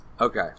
Okay